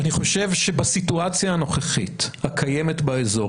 אני חושב שבסיטואציה הנוכחית הקיימת באזור,